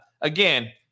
again